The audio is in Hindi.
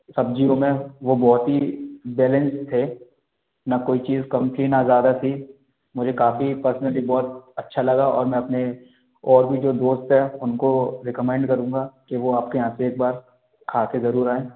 सब्जियों में वह बहुत ही बैलेंस थे न कोई चीज़ कम थी न ज़्यादा थी मुझे काफ़ी पर्सनली बहुत अच्छा लगा और मैं अपने और भी जो दोस्त हैं उनको रेकॉमेंड करूंगा की वह आपके यहाँ से एक बार खा कर ज़रूर आएँ